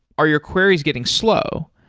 are your queries getting slow?